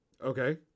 Okay